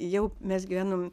jau mes gyvenom